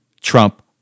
Trump